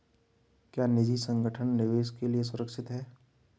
क्या निजी संगठन निवेश के लिए सुरक्षित हैं?